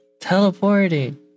Teleporting